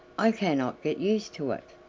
i cannot get used to it!